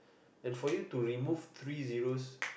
and for you to remove three zeroes